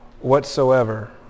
whatsoever